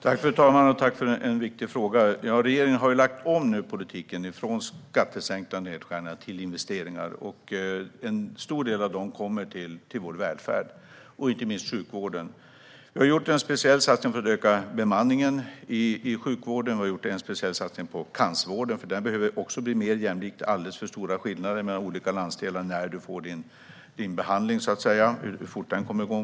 Fru talman! Jag tackar Hillevi Larsson för en viktig fråga. Regeringen har lagt om politiken från skattesänkningar och nedskärningar till investeringar. En stor del av dem går till vår välfärd, inte minst till sjukvården. Vi har gjort en speciell satsning för att öka bemanningen i sjukvården. Vi har också gjort en speciell satsning på cancervården. Den behöver bli mer jämlik, för här är det alldeles för stora skillnader mellan olika landsdelar vad gäller hur fort behandlingen kommer igång.